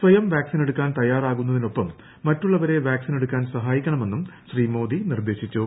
സ്വയം വാക്സിനെടുക്കാൻ തയ്യാറാകുന്നതിനൊപ്പം മറ്റുള്ളവരെ വാക്സിനെടുക്കാൻ സഹായിക്കണമെന്നും ശ്രീ മോദി നിർദ്ദേശിച്ചു